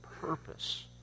purpose